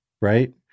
right